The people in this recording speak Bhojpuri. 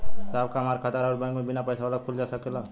साहब का हमार खाता राऊर बैंक में बीना पैसा वाला खुल जा सकेला?